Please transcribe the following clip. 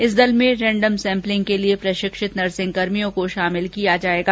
इस दल में रैंडम सेंपलिंग के लिए प्रशिक्षित नर्सिकर्मियों को शामिल किया जाएगा